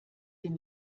dem